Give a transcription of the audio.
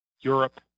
Europe